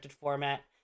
Format